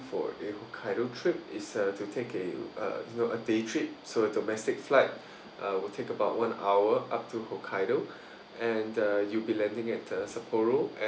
for a hokkaido trip is uh to take a uh you know a day trip so domestic flight uh will take about one hour up to hokkaido and uh you'll be landing at uh sapporo